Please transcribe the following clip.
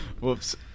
Whoops